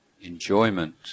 enjoyment